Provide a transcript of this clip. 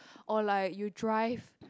or like you drive